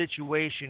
situation